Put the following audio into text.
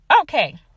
okay